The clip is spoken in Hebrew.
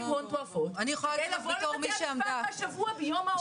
הון תועפות כדי לבוא לבתי המשפט השבוע ביום ההוקרה.